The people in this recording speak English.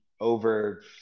over